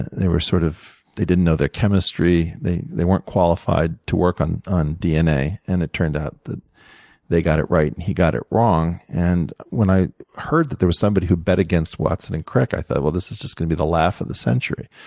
they sort of didn't know their chemistry. they they weren't qualified to work on on dna. and it turned out that they got it right and he got it wrong. and when i heard that there was somebody who bet against watson and crick, i thought, well, this is just gonna be the laugh of the century.